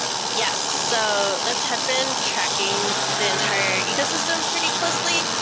yes. so lyft had been tracking the entire ecosystem pretty closely.